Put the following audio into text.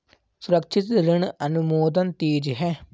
सुरक्षित ऋण अनुमोदन तेज है